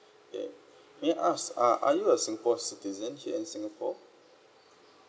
ya may I ask uh are you a singapore citizen here in singapore